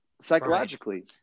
psychologically